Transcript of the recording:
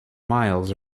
miles